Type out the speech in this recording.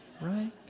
right